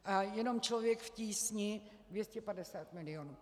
A jenom Člověk v tísni 250 milionů.